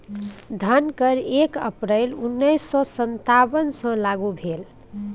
धन कर एक अप्रैल उन्नैस सौ सत्तावनकेँ लागू भेल